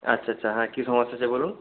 আচ্ছা আচ্ছা হ্যাঁ কী সমস্যা হচ্ছে বলুন